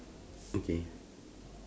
okay